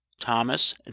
thomas